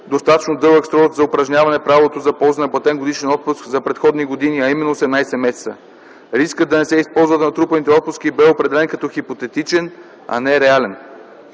достатъчно дълъг срок за упражняване правото за ползване на платен годишен отпуск за предходни години, а именно 18 месеца. Рискът да не се използват натрупаните отпуски бе определен като хипотетичен, а не реален.